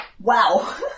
Wow